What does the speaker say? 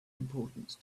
importance